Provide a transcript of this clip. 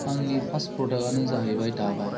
आंनि फास्ट प्रडाक्टआनो जाहैबाय दाबा